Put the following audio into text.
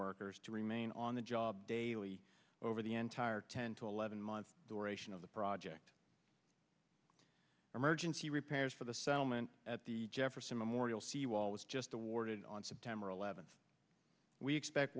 workers to remain on the job daily over the entire ten to eleven months duration of the project emergency repairs for the settlement at the jefferson memorial seawall was just awarded on september eleventh we expect